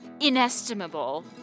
inestimable